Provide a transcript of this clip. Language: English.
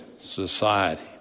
society